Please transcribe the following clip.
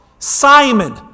Simon